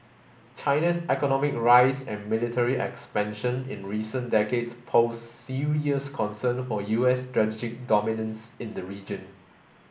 China's economic rise and military expansion in recent decades pose serious concerns for U S strategic dominance in the region